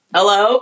Hello